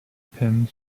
pin